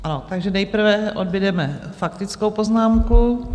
Ano, takže nejprve odbudeme faktickou poznámku.